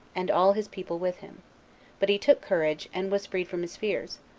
and all his people with him but he took courage, and was freed from his fears,